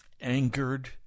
angered